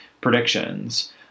predictions